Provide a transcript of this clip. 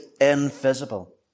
invisible